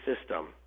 system